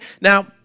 Now